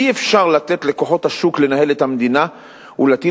אי-אפשר לתת לכוחות השוק לנהל את המדינה ולהטיל